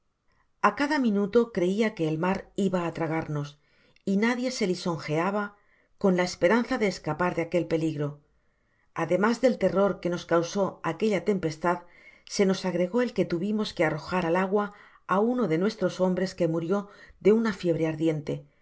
a cada minuto creia que el mar iba á tragarnos y nadie se lisonjeaba con la esperanza de escapar de aquel peligro ademas del terror que nos causó aquella tempestad se nos agregó el que tuvimos que arrojar al agua á uno de nuestros hombres que murió de una fiebre ardiente